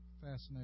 fascinating